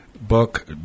book